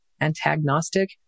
antagonistic